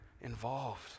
involved